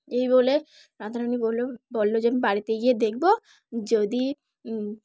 এই বলে রাধারানী বলল বললো যে আমি বাড়িতে গিয়ে দেখবো যদি